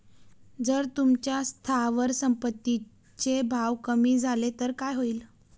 जर तुमच्या स्थावर संपत्ती चे भाव कमी झाले तर काय होईल?